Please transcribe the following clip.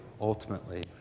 ultimately